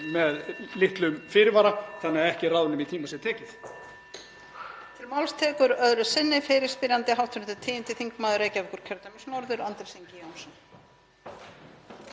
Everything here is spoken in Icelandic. með litlum fyrirvara. Þannig að ekki er ráð nema í tíma sé tekið.